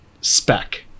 spec